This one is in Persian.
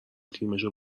تیمشو